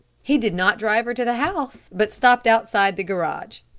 he did not drive her to the house, but stopped outside the garage.